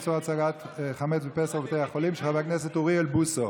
איסור הצגת חמץ בפסח בבתי החולים) של חבר הכנסת אוריאל בוסו,